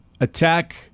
attack